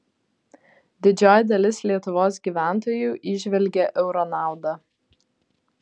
didžioji dalis lietuvos gyventojų įžvelgia euro naudą